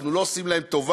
אנחנו לא עושים להם טובה.